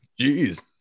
Jeez